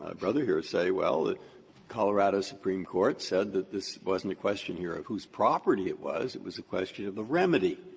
ah brother here say, well, the colorado supreme court said that this wasn't a question here of whose property it was, it was a question of the remedy.